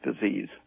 disease